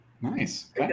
Nice